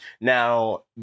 now